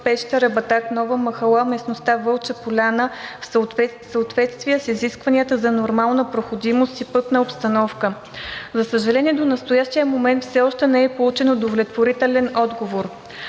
Пещера – Батак – Нова махала – местността Вълча поляна, в съответствие с изискванията за нормална проходимост и пътна обстановка. За съжаление, до настоящия момент все още не е получен удовлетворителен отговор.